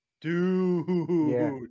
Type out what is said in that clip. Dude